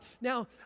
Now